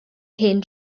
hen